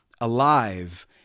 alive